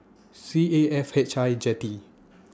C A F H I Jetty